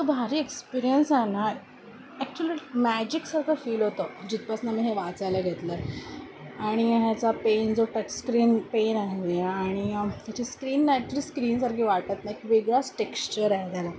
तो भारी एक्सपीरियन्स आहे ना ॲक्चुली मॅजिकसारखं फील होतं जिथपासून आम्ही हे वाचायला घेतलं आहे आणि ह्याचा पेन जो टचस्क्रीन पेन आहे आणि त्याची स्क्रीन ॲक्चुली स्क्रीनसारखी वाटत नाही की वेगळा स्टेक्स्चर आहे त्याला